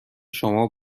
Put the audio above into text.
شما